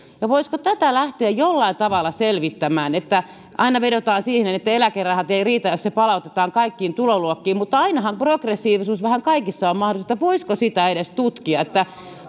voisiko tätä lähteä jollain tavalla selvittämään aina vedotaan siihen että eläkerahat eivät riitä jos se palautetaan kaikkiin tuloluokkiin mutta ainahan progressiivisuus vähän kaikessa on mahdollista voisiko sitä edes tutkia